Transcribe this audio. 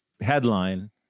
headline